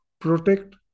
protect